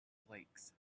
flakes